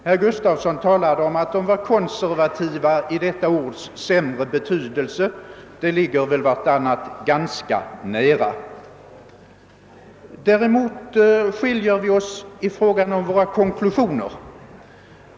Herr Gustafson i Göteborg talade om att de var konservativa i detta ords sämre betydelse. De uttalandena ligger väl varandra ganska nära. Däremot skiljer vi oss i fråga om våra konklusioner.